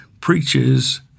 preaches